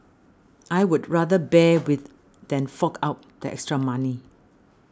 I would rather bear with than fork out the extra money